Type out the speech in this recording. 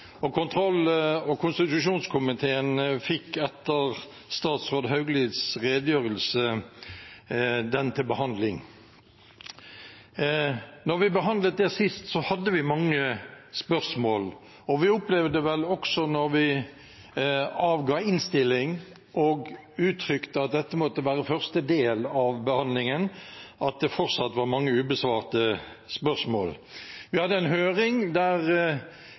fikk kontroll- og konstitusjonskomiteen den til behandling. Da vi behandlet dette sist, hadde vi mange spørsmål. Vi opplevde vel også da vi avga innstilling og uttrykte at dette måtte være første del av behandlingen, at det fortsatt var mange ubesvarte spørsmål. Vi hadde en høring der